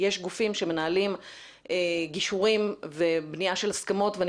יש גופים שמנהלים גישורים ובניית הסכמות ואני